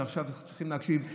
שעכשיו צריכים להקשיב.